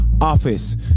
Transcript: Office